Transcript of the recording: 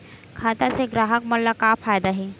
खाता से ग्राहक मन ला का फ़ायदा हे?